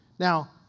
Now